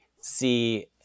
see